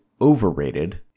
overrated